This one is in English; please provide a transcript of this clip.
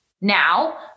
Now